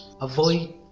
avoid